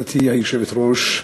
גברתי היושבת-ראש,